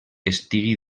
estigui